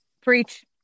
Preach